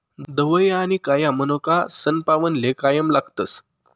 धवया आनी काया मनोका सनपावनले कायम लागतस